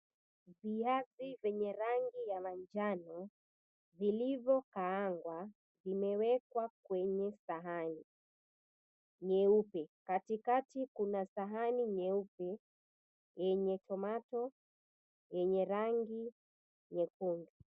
Viazi venye rangi ya manjano, vilivyokaangwa, vimewekwa kwenye sahani nyeupe. Katikati kuna sahani nyeupe yenye tomato yenye rangi nyekundu.